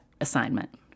assignment